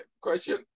Question